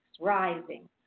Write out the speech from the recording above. rising